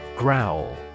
Growl